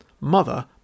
mother